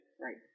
Right